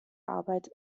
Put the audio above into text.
arbeit